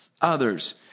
others